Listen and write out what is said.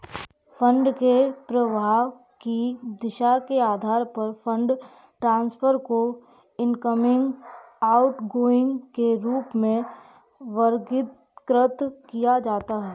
fund के प्रवाह की दिशा के आधार पर फंड ट्रांसफर को इनकमिंग, आउटगोइंग के रूप में वर्गीकृत किया जाता है